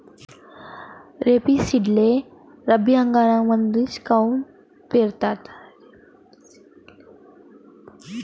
रेपसीडले रब्बी हंगामामंदीच काऊन पेरतात?